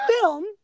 film